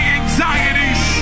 anxieties